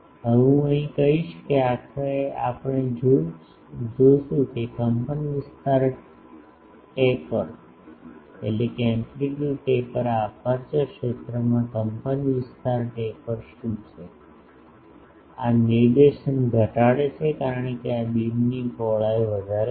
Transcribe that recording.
હવે હું અહીં કહીશ કે આખરે આપણે જોશું કે કંપનવિસ્તાર ટેપર આ અપેર્ચર ક્ષેત્રમાં કંપનવિસ્તાર ટેપર શું છે આ નિર્દેશન ઘટાડે છે કારણ કે આ બીમની પહોળાઈ વધારે છે